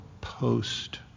post